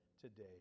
today